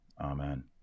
Amen